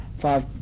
five